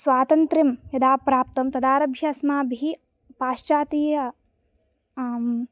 स्वातन्त्र्यं यदा प्राप्तं तदारभ्य अस्माभिः पाश्चातीय